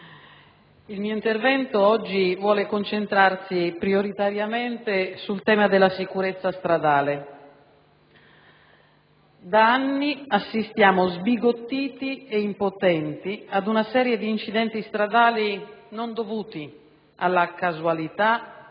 il mio intervento oggi vuole concentrarsi prioritariamente sul tema della sicurezza stradale. Da anni assistiamo, sbigottiti e impotenti, a una serie di incidenti stradali non dovuti alla casualità o all'imperizia, ma al